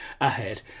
ahead